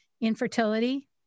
infertility